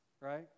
right